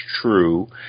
true